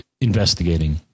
investigating